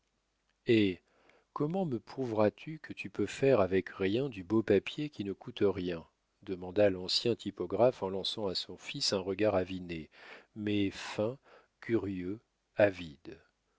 eh comment me prouveras tu que tu peux faire avec rien du beau papier qui ne coûte rien demanda l'ancien typographe en lançant à son fils un regard aviné mais fin curieux avide